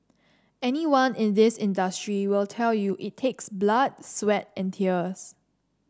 anyone in this industry will tell you it takes blood sweat and tears